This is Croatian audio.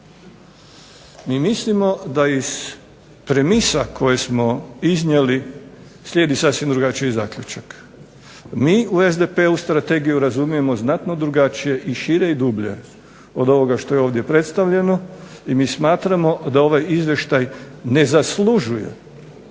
Mi mislimo da iz premisa koje smo iznijeli slijedi sasvim drugačiji zaključak. Mi u SDP-u strategiju razumijemo znatno drugačije i šire i dublje od ovoga što je ovdje predstavljeno. I mi smatramo da ovaj izvještaj ne zaslužuje